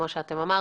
כמו שאתם אמרתם,